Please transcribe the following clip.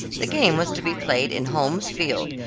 the game was to be played in holmes' field,